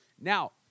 Now